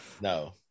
No